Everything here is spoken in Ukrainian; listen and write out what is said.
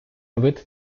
вид